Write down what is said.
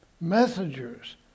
messengers